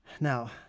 Now